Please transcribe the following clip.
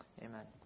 Amen